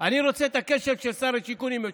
לא שומעים.